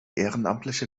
ehrenamtlichen